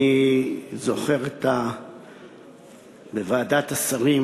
אני זוכר את ועדת השרים